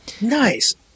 Nice